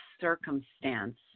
circumstance